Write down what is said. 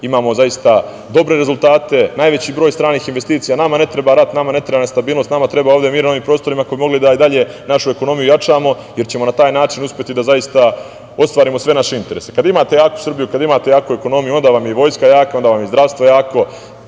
imamo zaista dobre rezultate, najveći broj stranih investicija. Nama ne treba rat, nema ne treba nestabilnost, nama treba ovde mir na ovim prostorima kako bi mogli da i dalje našu ekonomiju jačamo, jer ćemo na taj način uspeti da zaista ostvarimo sve naše interese. Kada imate jaku Srbiju, kada imate jaku ekonomiju, onda vam je i vojska jaka, onda vam je i zdravstvo jako,